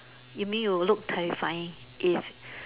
you mean you will look terrifying if